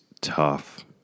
tough